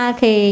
thì